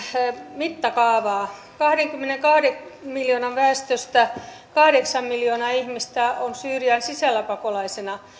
mittakaavaa kahdenkymmenenkahden miljoonan väestöstä kahdeksan miljoonaa ihmistä on syyrian sisällä pakolaisina